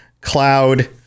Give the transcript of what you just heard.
cloud